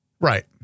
Right